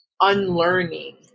unlearning